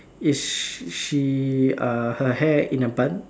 is she uh her hair in a bun